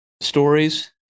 stories